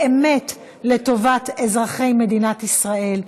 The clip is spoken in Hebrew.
באמת לטובת אזרחי מדינת ישראל,